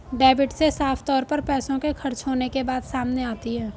debit से साफ तौर पर पैसों के खर्च होने के बात सामने आती है